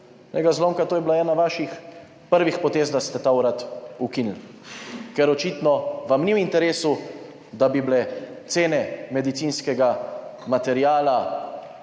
ga zlomka, to je bila ena vaših prvih potez, da ste ta urad ukinili, ker očitno vam ni v interesu, da bi bile cene medicinskega materiala